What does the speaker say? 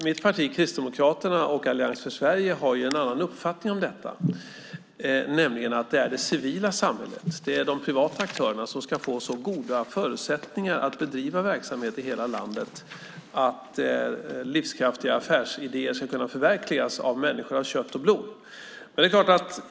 Mitt parti, Kristdemokraterna, och Allians för Sverige har en annan uppfattning om detta, nämligen att det är det civila samhället, de privata aktörerna, som ska få så goda förutsättningar att bedriva verksamhet i hela landet att livskraftiga affärsidéer ska kunna förverkligas av människor av kött och blod. Herr talman!